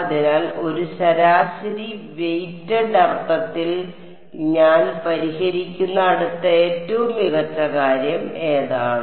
അതിനാൽ ഒരു ശരാശരി വെയ്റ്റഡ് അർത്ഥത്തിൽ ഞാൻ പരിഹരിക്കുന്ന അടുത്ത ഏറ്റവും മികച്ച കാര്യം ഏതാണ്